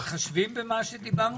אתם מתחשבים במה שדיברנו?